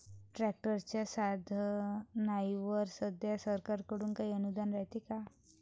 ट्रॅक्टरच्या साधनाईवर सध्या सरकार कडून काही अनुदान रायते का?